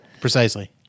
Precisely